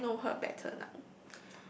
so I know her better lah